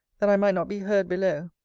that i might not be heard below.